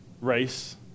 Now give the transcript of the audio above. race